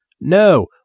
No